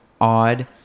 odd